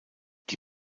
die